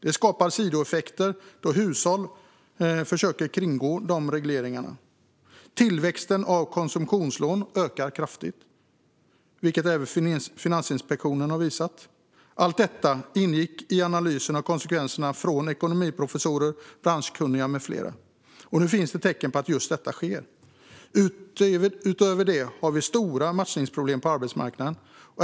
Det skapar sidoeffekter då hushåll försöker kringgå regleringarna. Tillväxten av konsumtionslån ökar kraftigt, vilket även Finansinspektionen visat. Allt detta ingick i analysen av konsekvenserna från ekonomiprofessorer, branschkunniga med flera. Och nu finns tecken på att just detta sker. Utöver detta har vi stora matchningsproblem på arbetsmarknaden.